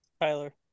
Tyler